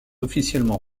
officiellement